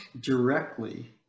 directly